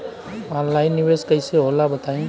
Online निवेस कइसे होला बताईं?